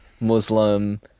Muslim